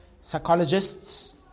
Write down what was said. Psychologists